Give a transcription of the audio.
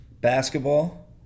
basketball